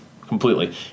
completely